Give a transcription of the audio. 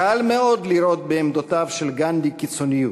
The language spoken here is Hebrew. קל מאוד לראות בעמדותיו של גנדי קיצוניות,